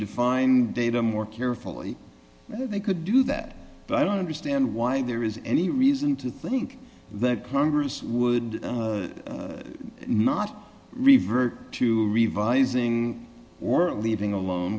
define data more carefully they could do that but i don't understand why there is any reason to think that congress would not revert to revising or leaving alone